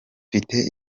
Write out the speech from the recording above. mfite